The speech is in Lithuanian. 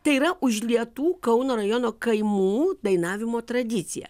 tai yra užlietų kauno rajono kaimų dainavimo tradicija